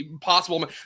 possible